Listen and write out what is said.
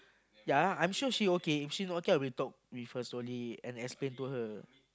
ya I'm sure she okay if she not okay I will talk with her slowly and explain to her